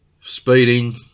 Speeding